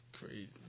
crazy